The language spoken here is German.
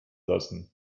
lassen